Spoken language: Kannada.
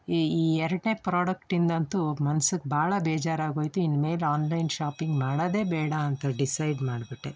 ಈ ಎರಡನೇ ಪ್ರೊಡಕ್ಟಿಂದ ಅಂತೂ ಮನ್ಸಿಗೆ ಭಾಳ ಬೇಜಾರಾಗೋಯ್ತು ಇನ್ನು ಮೇಲೆ ಆನ್ಲೈನ್ ಶಾಪಿಂಗ್ ಮಾಡೋದೇ ಬೇಡ ಅಂತ ಡಿಸೈಡ್ ಮಾಡಿಬಿಟ್ಟೆ